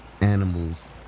animals